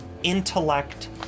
Intellect